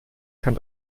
kann